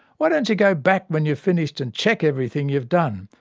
why don't you go back when you've finished and check everything you've done?